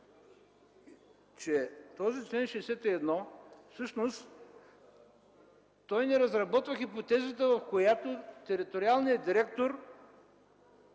че този чл. 61 не разработва хипотезата, в която териториалният директор